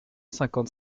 cinquante